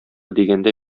дигәндә